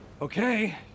Okay